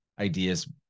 ideas